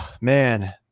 man